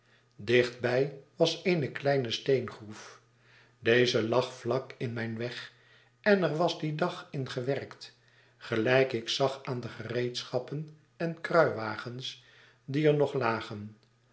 dichtbij was eene kleine steengroef deze lag vlak in mijn weg en er was dien dag in gewerkt gelijk ik zag aan de gereedschappen en kruiwagens die er nog lagen